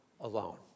alone